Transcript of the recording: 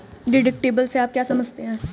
Deductible से आप क्या समझते हैं?